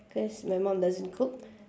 cause my mum doesn't cook